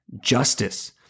justice